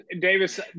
Davis